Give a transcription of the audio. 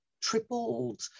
tripled